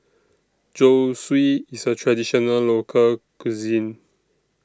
Zosui IS A Traditional Local Cuisine